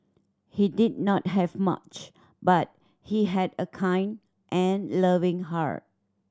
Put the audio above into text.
he did not have much but he had a kind and loving heart